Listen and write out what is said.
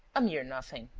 a mere nothing.